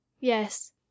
yes